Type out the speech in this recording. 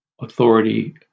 authority